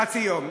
חצי יום.